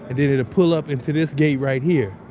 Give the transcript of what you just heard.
and then it'd pull up into this gate right here,